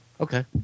Okay